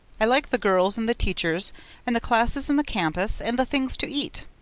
i like the girls and the teachers and the classes and the campus and the things to eat.